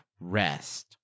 rest